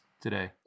today